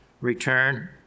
return